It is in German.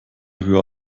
höher